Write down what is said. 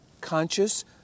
conscious